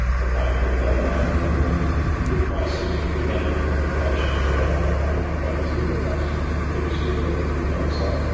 the fact that there are now many women with quite significant medical complications that are having pregnancies that perhaps in previous years they wouldn't have done so.